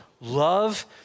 love